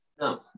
No